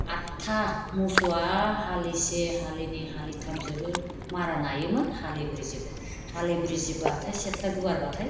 आदथा मोसौआ हालिसे हालिनै हालिथामजोंबो मारा नायोमोन हालिब्रैजोंबो हालिब्रैजोंबाथाय सिथ्ला गुवारबाथाय